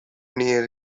near